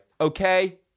okay